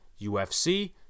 ufc